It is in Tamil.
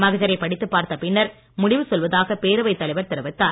மகஜரை படித்துப் பார்த்த பின்னர் முடிவு சொல்வதாக பேரவைத் தலைவர் தெரிவித்தார்